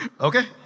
Okay